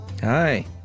Hi